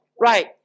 right